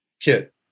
kit